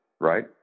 right